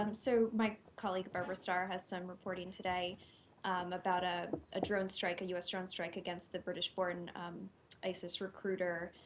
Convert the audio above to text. um so my colleague, barbara starr, has some reporting today about a ah drone strike a u s. drone strike against the british-born isis recruiter